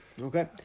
Okay